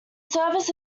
service